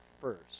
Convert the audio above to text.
first